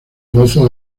goza